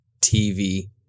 TV